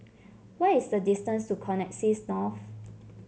what is the distance to Connexis North